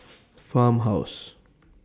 Farmhouse